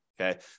Okay